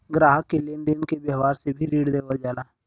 ग्राहक के लेन देन के व्यावहार से भी ऋण देवल जाला